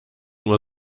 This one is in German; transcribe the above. uhr